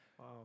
Wow